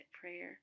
prayer